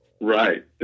Right